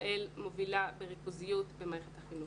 ישראל מובילה בריכוזיות במערכת החינוך.